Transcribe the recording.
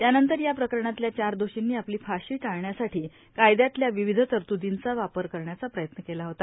त्यानंतर या प्रकरणातल्या चार दोषींनी आपली फाशी टाळण्यासाठी कायदयातल्या विविध तरतुदींचा वापर करायचा प्रयत्न केला होता